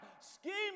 scheming